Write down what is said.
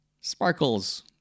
Sparkles